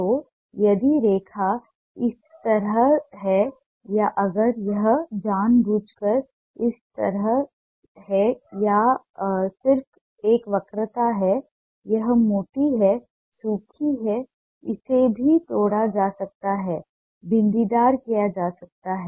तो यदि रेखा इस तरह है या अगर यह जानबूझकर इस तरह है या यह सिर्फ एक वक्रता है यह मोटी है सूखी है इसे भी तोड़ा जा सकता है बिंदीदार किया जा सकता है